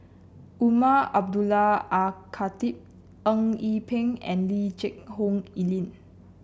Umar Abdullah Al Khatib Eng Yee Peng and Lee Geck Hoon Ellen